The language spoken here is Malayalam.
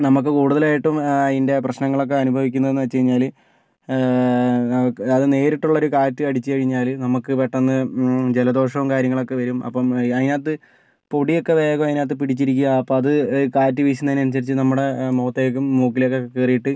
നമുക്ക് കൂടുതലായിട്ടും അതിൻ്റെ പ്രശ്നങ്ങളൊക്കെ അനുഭവിക്കുന്നതെന്ന് വെച്ച് കഴിഞ്ഞാല് നമുക്ക് അത് നേരിട്ടുള്ളൊരു കാറ്റ് അടിച്ചു കഴിഞ്ഞാല് നമുക്ക് പെട്ടെന്ന് ജലദോഷവും കാര്യങ്ങളൊക്കെ വരും അപ്പോൾ അതിനകത്ത് പൊടിയൊക്കെ വേഗം അതിനകത്ത് പിടിച്ചിരിക്കുക അപ്പം അത് കാറ്റ് വീശുന്നതിനനുസരിച്ച് നമ്മുടെ മുഖത്തേക്കും മൂക്കിലേക്കൊക്കെ കയറിയിട്ട്